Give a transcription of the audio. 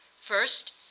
first